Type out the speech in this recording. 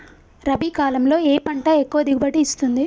రబీ కాలంలో ఏ పంట ఎక్కువ దిగుబడి ఇస్తుంది?